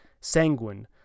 sanguine